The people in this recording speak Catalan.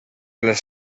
les